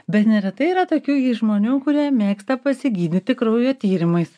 bet neretai yra tokių žmonių kurie mėgsta pasigydyti kraujo tyrimais